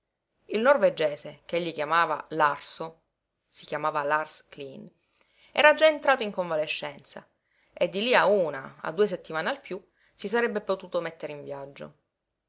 ch'egli chiamava larso si chiamava lars cleen era già entrato in convalescenza e di lí a una a due settimane al piú si sarebbe potuto mettere in viaggio